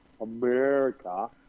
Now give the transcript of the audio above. America